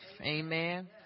amen